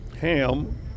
Ham